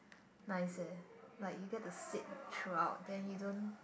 nice eh like you get to sit throughout then you don't